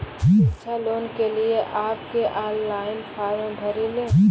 शिक्षा लोन के लिए आप के ऑनलाइन फॉर्म भरी ले?